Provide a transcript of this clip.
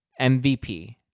MVP